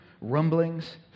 rumblings